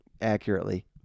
accurately